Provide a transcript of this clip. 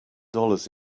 dollars